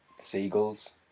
Seagulls